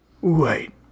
Wait